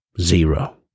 zero